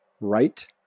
right